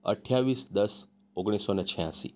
અઠ્ઠાવીસ દસ ઓગણીસસો ને છ્યાંશી